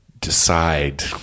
decide